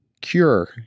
Cure